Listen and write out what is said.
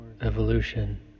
evolution